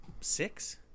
six